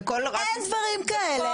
אין דברים כאלה.